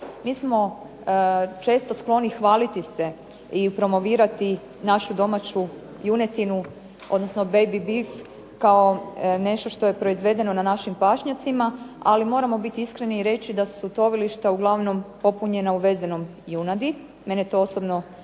Mi smo često skloni hvaliti se i promovirati našu domaću junetinu, odnosno baby beef kao nešto što je proizvedeno na našim pašnjacima, ali moramo biti iskreni i reći da su tovilišta uglavnom popunjena uvezenom junadi. Mene to osobno